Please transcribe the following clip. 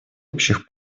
общих